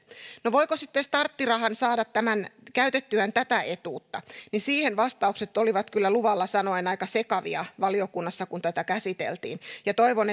no voiko sitten starttirahan saada käytettyään tätä etuutta siihen vastaukset olivat kyllä luvalla sanoen aika sekavia valiokunnassa kun tätä käsiteltiin ja toivon